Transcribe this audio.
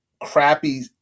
crappy